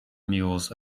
mules